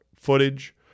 footage